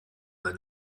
the